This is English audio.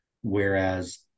Whereas